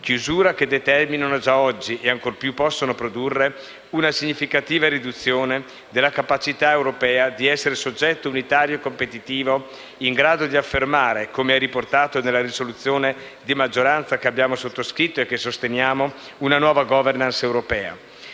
chiusura che determinano, già oggi, e ancor più possono produrre, una significativa riduzione della capacità europea di essere soggetto unitario e competitivo in grado di affermare - come è riportato nella risoluzione di maggioranza che abbiamo sottoscritto e che sosteniamo - una nuova *governance* europea.